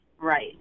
right